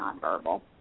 nonverbal